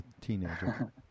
teenager